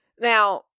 Now